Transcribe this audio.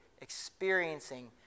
experiencing